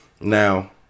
Now